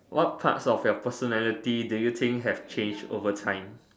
what part of your personality do you think have change over time